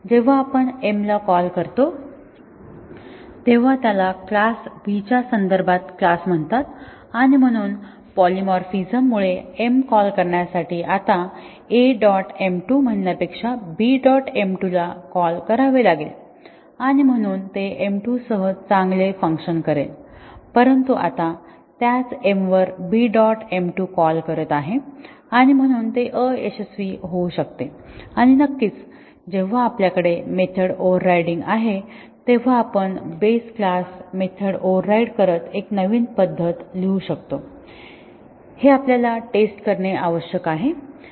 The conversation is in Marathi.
जेव्हा आपण m ला कॉल करतो तेव्हा त्याला क्लास Bच्या संदर्भात क्लास म्हणतात आणि म्हणून पॉलीमॉर्फिझम मुळे m कॉल करण्यासाठी आता A डॉट m2 म्हणण्यापेक्षा B डॉट m2 ला कॉल करावे लागेल आणि म्हणून ते m2 सह चांगले फंक्शन करेल परंतु आता त्याच m वर B डॉट m2 कॉल करत आहे आणि म्हणून ते अयशस्वी होऊ शकते आणि नक्कीच जेव्हा आपल्याकडे मेथड ओव्हरराइडिंग आहे तेव्हा आपण बेस क्लास मेथड ओव्हरराइड करत एक नवीन पद्धत लिहू शकतो हे आपल्याला टेस्ट करणे आवश्यक आहे